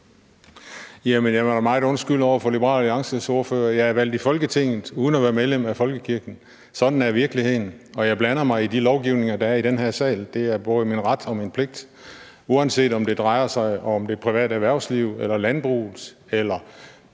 jeg vil da meget undskylde over for Liberal Alliances ordfører. Jeg er valgt til Folketinget uden at være medlem af folkekirken – sådan er virkeligheden. Og jeg blander mig i det lovgivningsarbejde, der er i den her sal; det er både min ret og min pligt, uanset om det drejer sig om det private erhvervsliv eller landbruget eller